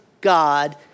God